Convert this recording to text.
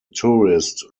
tourist